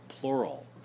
plural